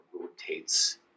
rotates